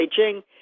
Beijing